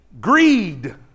greed